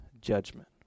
judgment